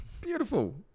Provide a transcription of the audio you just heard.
Beautiful